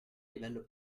livello